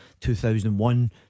2001